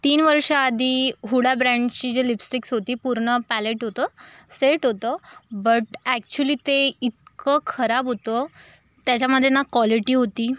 तीन वर्ष आधी हूडा ब्रॅंडची जी लिप्स्टिक्स होती पूर्ण पॅलेट होतं सेट होतं बट ॲक्चुअल्ली ते इतकं खराब होतं त्याच्यामध्ये ना क्वालिटी होती